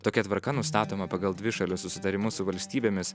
tokia tvarka nustatoma pagal dvišalius susitarimus su valstybėmis